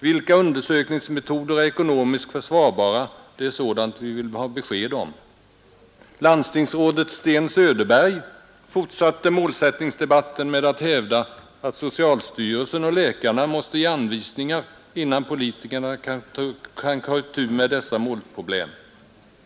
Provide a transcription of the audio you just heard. Vilka undersökningsmetoder är ekonomiskt försvarbara — det är sådant vi vill ha besked om. Landstingsrådet Sten Söderberg fortsatte målsättningsdebatten med att hävda att socialstyrelsen och läkarna måste ge anvisningar innan politikerna kan ta itu med dessa målproblem.